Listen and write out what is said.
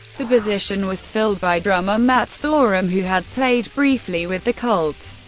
the position was filled by drummer matt sorum, who had played briefly with the cult.